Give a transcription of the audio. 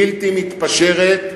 בלתי מתפשרת,